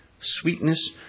sweetness